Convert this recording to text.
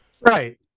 right